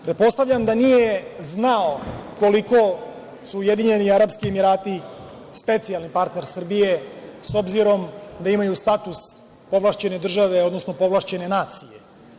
Pretpostavljam da nije znao koliko su Ujedinjeni Arapski Emirati specijalni partner Srbije, s obzirom da imaju status ovlašćene države, odnosno povlašćene nacije.